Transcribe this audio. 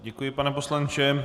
Děkuji, pane poslanče.